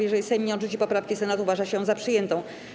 Jeżeli Sejm nie odrzuci poprawki Senatu, uważa się ją za przyjętą.